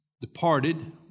departed